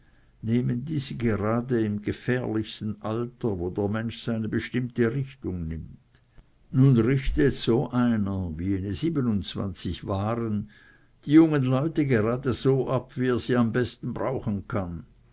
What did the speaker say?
nehmen diese gerade im gefährlichsten alter wo der mensch seine bestimmte richtung nimmt nun richtet so einer wie jene siebenundzwanzig waren die jungen leute gerade so ab wie er sie am besten brauchen kann